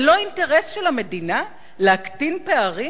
זה לא אינטרס של המדינה להקטין פערים?